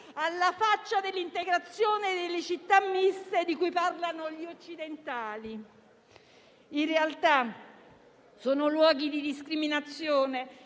alla faccia dell'integrazione e delle città miste di cui parlano gli occidentali. In realtà sono luoghi di discriminazione,